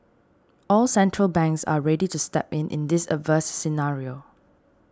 all central banks are ready to step in in this adverse scenario